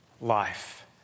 life